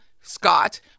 Scott